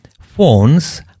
phones